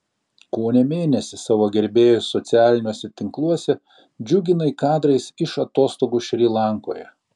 kone mėnesį savo gerbėjus socialiniuose tinkluose džiuginai kadrais iš atostogų šri lankoje